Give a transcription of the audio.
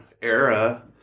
era